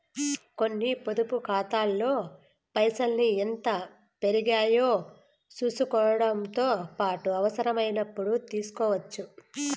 కొన్ని పొదుపు కాతాల్లో పైసల్ని ఎంత పెరిగాయో సూసుకోవడముతో పాటు అవసరమైనపుడు తీస్కోవచ్చు